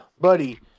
buddy